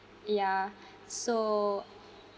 yeah so